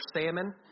salmon